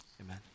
amen